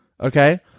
Okay